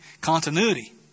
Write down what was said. continuity